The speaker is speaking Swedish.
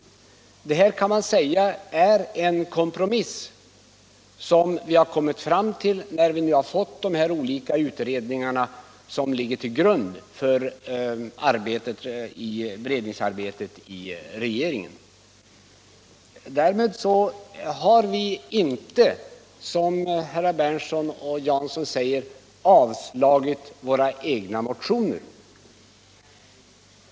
Detta kan man säga är en kompromiss, som vi har kommit fram till 45 när vi har fått de här olika utredningarna som ligger till grund för beredningsarbetet i departementet. Därmed har vi inte, som herr Berndtson och herr Jansson säger, avstyrkt våra egna motioner.